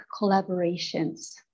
collaborations